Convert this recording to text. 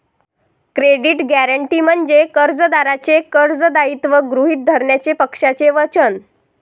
credit guarantee म्हणजे कर्जदाराचे कर्ज दायित्व गृहीत धरण्याचे पक्षाचे वचन